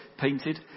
painted